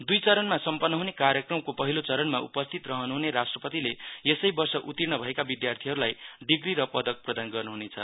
दुई चरणमा सम्पन्न हुने कार्यक्रमको पहिलो चरणमा उपस्थित रहनुहुन राष्ट्रपतिले यसैवर्ष उत्तिर्ण भएका विद्यार्थीहरूलाई डिग्री र पदक प्रदान गर्नुहुनेछ